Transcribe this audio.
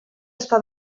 està